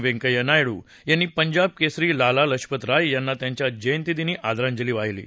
व्यंकया नायडू यांनी पंजाब केसरी लाला लजपत राय यांना त्यांच्या जयंतीदिनी आदरांजली वाहिली आहे